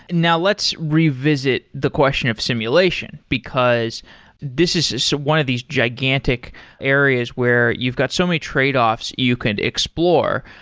now, let's revisit the question of simulation, because this is so one of these gigantic areas where you've got so many trade-offs you could explore,